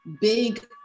big